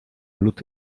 lód